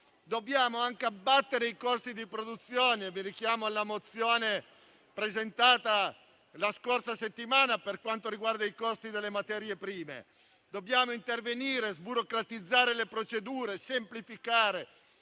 Dobbiamo altresì abbattere i costi di produzione e vi richiamo alla mozione presentata la scorsa settimana per quanto riguarda i costi delle materie prime. Dobbiamo intervenire per sburocratizzare le procedure, semplificare,